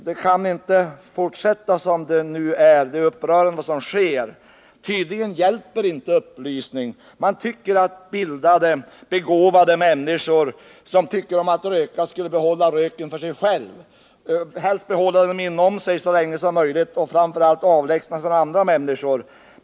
Det kan inte få fortsätta som det nu är. Det som sker är upprörande. Tydligen hjälper det inte med upplysning. Man tycker att bildade, begåvade människor som tycker om att röka skulle behålla röken för sig själva —- helst behålla den inom sig så länge som möjligt och framför allt avlägsna sig från andra människor.